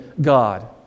God